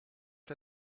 der